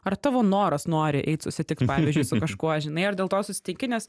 ar tavo noras nori eit susitikt pavyzdžiui su kažkuo žinai ar dėl to susitinki nes